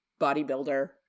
bodybuilder